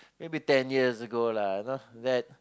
maybe ten years ago lah not that